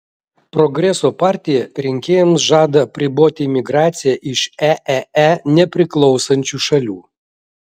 progreso partija rinkėjams žada apriboti imigraciją iš eee nepriklausančių šalių